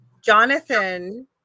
Jonathan